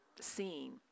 scene